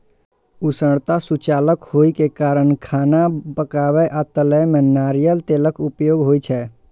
उष्णता सुचालक होइ के कारण खाना पकाबै आ तलै मे नारियल तेलक उपयोग होइ छै